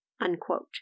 Unquote